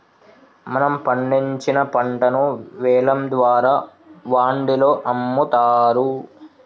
మనం పండించిన పంటను వేలం ద్వారా వాండిలో అమ్ముతారు